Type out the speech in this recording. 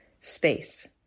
space